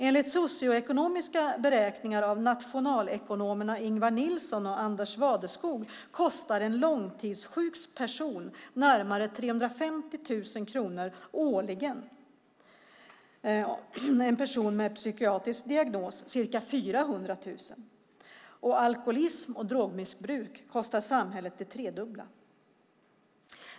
Enligt socioekonomiska beräkningar av nationalekonomerna Ingvar Nilsson och Anders Wadeskog kostar en långtidssjuk person närmare 350 000 kronor årligen och en person med psykiatrisk diagnos ca 400 000 kronor. Alkoholism och drogmissbruk kostar samhället det tredubbla.